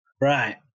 Right